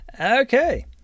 Okay